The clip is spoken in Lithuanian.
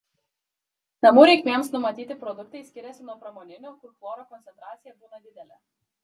namų reikmėms numatyti produktai skiriasi nuo pramoninių kur chloro koncentracija būna didelė